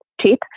cheap